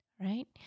right